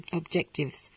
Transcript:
objectives